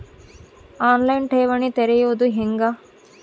On line ಠೇವಣಿ ತೆರೆಯೋದು ಹೆಂಗ?